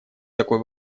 такой